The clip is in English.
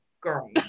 girl